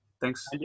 Thanks